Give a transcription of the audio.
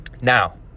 Now